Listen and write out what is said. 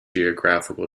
geographical